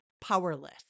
powerless